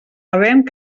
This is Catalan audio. havent